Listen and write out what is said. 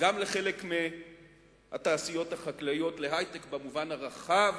וגם לחלק מהתעשיות החקלאיות, להיי-טק במובן הרחב